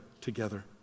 together